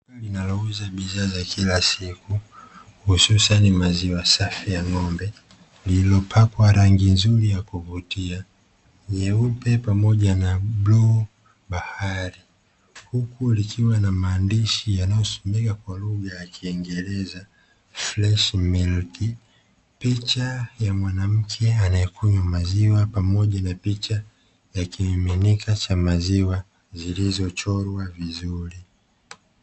Duka linalouza bidhaa za kila siku hususani maziwa safi ya ng'ombe. Lililopakwa rangi nzuri ya kuvutia nyeupe pamoja na bluu bahari, huku likiwa na maandishi yanayosomeka kwa lugha ya kiingereza "Fresh Milk" picha ya mwanamke anayekunywa maziwa pamoja na kimiminika cha maziwa zilizochorwa vizuri.